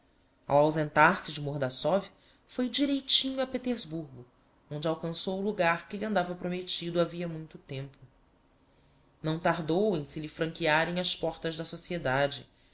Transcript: ao ausentar-se de mordassov foi direitinho a petersburgo onde alcançou o logar que lhe andava prometido havia muito tempo não tardou em se lhe franquearem as portas da sociedade